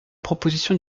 propositions